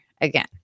again